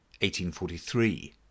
1843